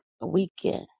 weekend